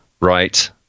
right